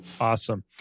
Awesome